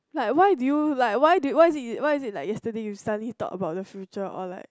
like why did you like why did you why is it why is it like yesterday you suddenly talk about the future or like